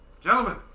Gentlemen